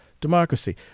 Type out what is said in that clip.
democracy